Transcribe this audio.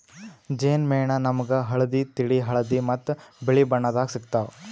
ಜೇನ್ ಮೇಣ ನಾಮ್ಗ್ ಹಳ್ದಿ, ತಿಳಿ ಹಳದಿ ಮತ್ತ್ ಬಿಳಿ ಬಣ್ಣದಾಗ್ ಸಿಗ್ತಾವ್